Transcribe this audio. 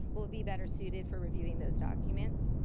we'll be better suited for reviewing those documents.